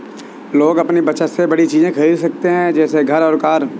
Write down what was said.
लोग अपनी बचत से बड़ी चीज़े खरीदते है जैसे घर और कार